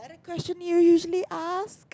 question you usually ask